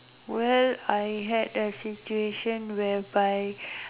where I had a situation whereby